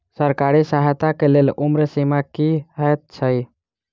सरकारी सहायता केँ लेल उम्र सीमा की हएत छई?